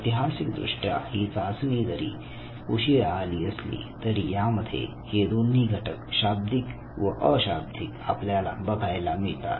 ऐतिहासिक दृष्ट्या ही चाचणी जरी उशिरा आली असली तरी यामध्ये हे दोन्ही घटक शाब्दिक व अशाब्दिक आपल्याला बघायला मिळतात